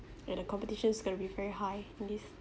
and the competitions are going to be very high in this